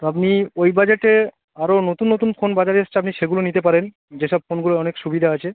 তো আপনি ওই বাজেটে আরও নতুন নতুন ফোন বাজারে এসেছে আপনি সেগুলো নিতে পারেন যেসব ফোনগুলো অনেক সুবিধা আছে